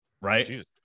Right